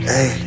Hey